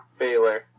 Baylor